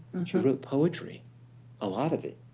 she wrote poetry a lot of it.